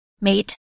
mate